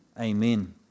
amen